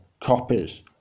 copies